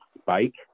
spike